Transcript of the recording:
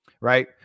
Right